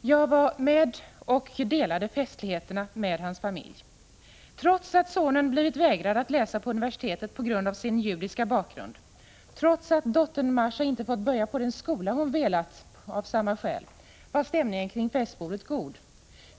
Jag var med och delade festligheterna med hans familj. Trots att sonen blivit vägrad att läsa på universitetet på grund av sin judiska bakgrund, trots att dottern Mascha inte fått börja på den skola hon velat studera vid av samma skäl, var stämningen kring festbordet god.